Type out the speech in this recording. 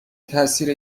تاثیر